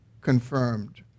Confirmed